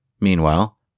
Meanwhile